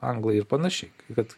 anglai ir panašiai kad